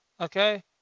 Okay